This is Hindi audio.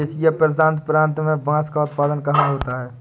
एशिया प्रशांत प्रांत में बांस का उत्पादन कहाँ होता है?